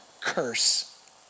curse